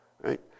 right